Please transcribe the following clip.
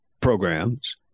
programs